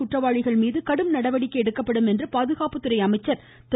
குற்றவாளிகள்மீது கடும் நடவடிக்கை எடுக்கப்படும் என்று பாதுகாப்புத்துறை அமைச்சர் திரு